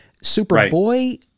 superboy